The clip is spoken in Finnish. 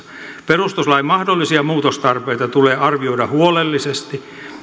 perustuslain mahdollisia muutostarpeita tulee arvioida huolellisesti